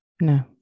No